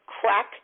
crack